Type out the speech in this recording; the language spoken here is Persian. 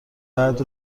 بعد